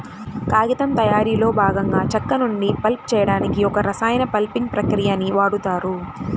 కాగితం తయారీలో భాగంగా చెక్క నుండి పల్ప్ చేయడానికి ఒక రసాయన పల్పింగ్ ప్రక్రియని వాడుతారు